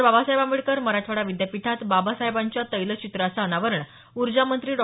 बाबासाहेब आंबेडकर मराठवाडा विद्यापीठात बाबासाहेबांच्या तैलचित्राचं अनावरण ऊर्जामंत्री डॉ